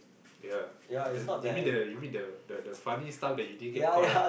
yea you mean the the funny stuff that you didn't get caught lah